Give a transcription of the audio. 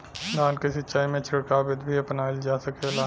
धान के सिचाई में छिड़काव बिधि भी अपनाइल जा सकेला?